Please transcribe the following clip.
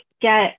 get